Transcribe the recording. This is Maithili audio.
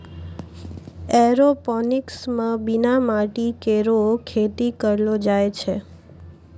एयरोपोनिक्स म बिना माटी केरो खेती करलो जाय छै